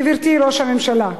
גברתי ראש הממשלה.